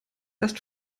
erst